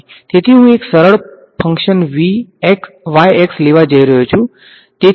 તેથી હું એક સરળ ફંકશન y x લેવા જઈ રહ્યો છું